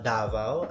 Davao